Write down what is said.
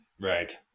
Right